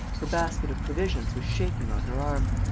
her basket of provisions was shaking on her arm.